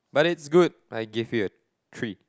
but it's good I give you a treat